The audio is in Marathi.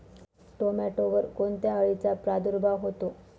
टोमॅटोवर कोणत्या अळीचा प्रादुर्भाव होतो?